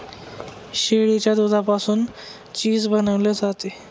शेळीच्या दुधापासून चीज बनवले जाते